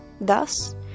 Thus